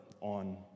on